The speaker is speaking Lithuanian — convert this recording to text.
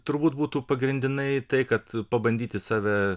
turbūt būtų pagrindinai tai kad pabandyti save